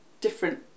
different